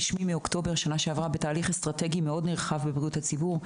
מאוקטובר בשנה שעברה בתהליך אסטרטגי מאוד נרחב בבריאות הציבור,